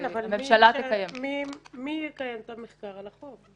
כן, אבל מי יקיים את המחקר על החוק?